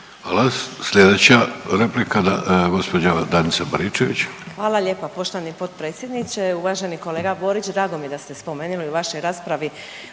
Hvala. Slijedeća replika gospođa Danica Baričević. **Baričević, Danica (HDZ)** Hvala lijepo poštovani potpredsjedniče. Uvaženi kolega Borić drago mi je da ste spomenili u vašoj raspravi